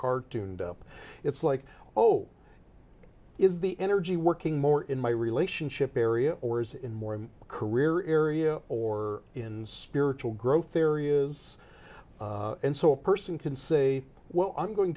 car tuned up it's like oh is the energy working more in my relationship area or is it in more of a career area or in spiritual growth areas and so a person can say well i'm going